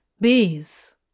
Bees